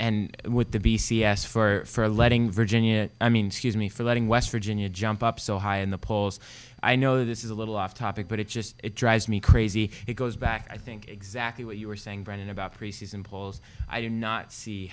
and with the b c s for letting virginia i mean to me for letting west virginia jump up so high in the polls i know this is a little off topic but it just it drives me crazy it goes back i think exactly what you were saying brandon about preseason polls i do not see